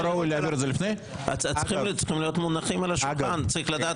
זה לא דבר נדיר שוועדת הכנסת או המליאה מחליטות להעביר